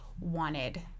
wanted